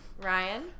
Ryan